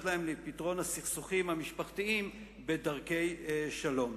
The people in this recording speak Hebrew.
להם בפתרון הסכסוכים המשפחתיים בדרכי שלום.